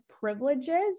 privileges